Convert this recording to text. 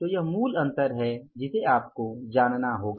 तो यह मूल अंतर है जिसे आपको जानना होगा